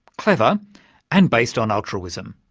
clever and based on altruism.